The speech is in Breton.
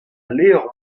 levr